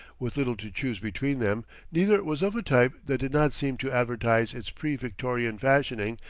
with little to choose between them neither was of a type that did not seem to advertise its pre-victorian fashioning,